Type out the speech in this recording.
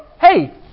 hey